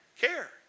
Care